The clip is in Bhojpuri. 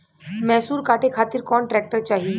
मैसूर काटे खातिर कौन ट्रैक्टर चाहीं?